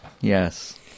Yes